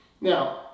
Now